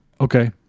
okay